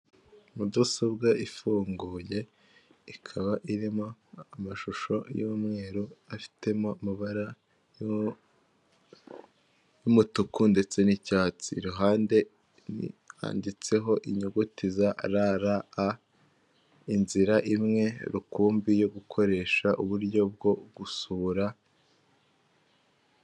Mudasobwa ifunguye ikaba irimo amashusho y'umweru afitemo amabara y'umutuku ndetse n'icyatsi iruhande yanditseho inyuguti za rra inzira imwe rukumbi yo gukoresha uburyo bwo gusura.